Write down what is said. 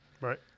Right